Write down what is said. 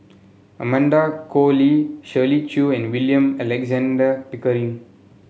Amanda Koe Lee Shirley Chew and William Alexander Pickering